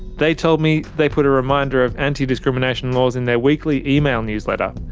they told me they put a reminder of anti-discrimination laws in their weekly email newsletter,